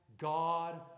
God